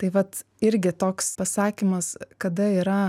tai vat irgi toks pasakymas kada yra